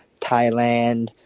Thailand